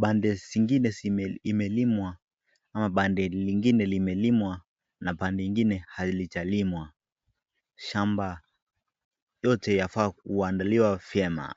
pande zingine imelimwa ama pande lingine limelimwa na pande lingine halijalimwa. Shamba yote yafaa kuandaliwa vyema.